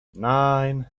nine